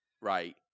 right